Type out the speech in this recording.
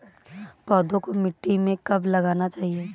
पौधों को मिट्टी में कब लगाना चाहिए?